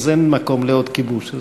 אז אין מקום לעוד כיבוש.